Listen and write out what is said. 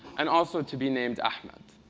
and also to be named ahmed.